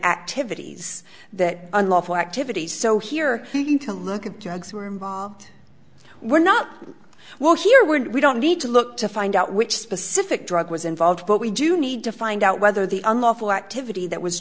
activities that unlawful activities so here to look at drugs were involved were not well here would we don't need to look to find out which specific drug was involved but we do need to find out whether the unlawful activity that was